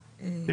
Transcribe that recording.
בעייתי.